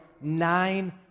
nine